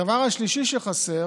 הדבר השלישי שחסר